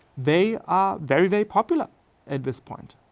they are very very popular at this point.